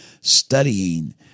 studying